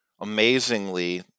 amazingly